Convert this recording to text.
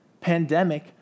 pandemic